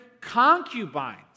concubines